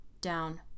down